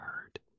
heard